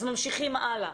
אז ממשיכים הלאה.